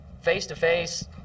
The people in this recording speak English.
face-to-face